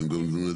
הם הנפיקו אשרות,